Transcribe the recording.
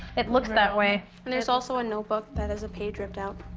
it looks that way. and there's also a notebook that has a page ripped out.